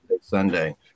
Sunday